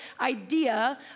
idea